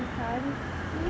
sun see